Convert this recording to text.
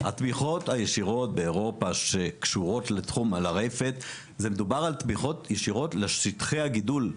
התמיכות הישירות באירופה שקשורות לרפת הן תמיכות ישירות לשטחי הגידול,